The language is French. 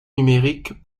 numériques